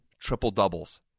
triple-doubles